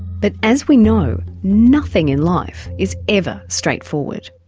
but as we know, nothing in life is ever straightforward.